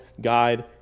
guide